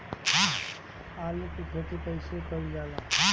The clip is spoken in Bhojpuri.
आलू की खेती कइसे कइल जाला?